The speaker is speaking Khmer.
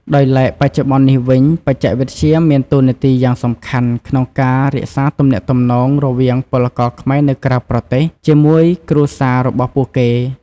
ដោយឡែក បច្ចុប្បន្ននេះវិញ បច្ចេកវិទ្យាមានតួនាទីយ៉ាងសំខាន់ក្នុងការរក្សាទំនាក់ទំនងរវាងពលករខ្មែរនៅក្រៅប្រទេស ជាមួយគ្រួសាររបស់ពួកគេ។